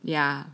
yeah